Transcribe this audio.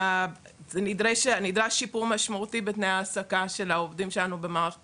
נדרש שיפור משמעותי בתנאי העסקה של העובדים שלנו במערכת